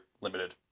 limited